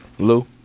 Lou